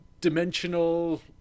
dimensional